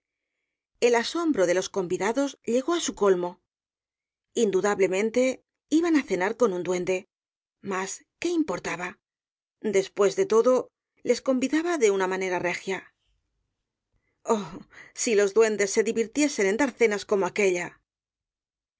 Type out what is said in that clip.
el asombro de los convidados llegó á su colmo indudablemente iban á cenar con un duende mas qué importaba después de todo les convidaba de una manera regia oh si los duendes se divirtiesen en dar cenas como aquella